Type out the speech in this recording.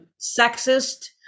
sexist